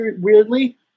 weirdly